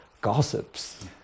gossips